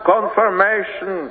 Confirmation